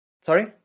sorry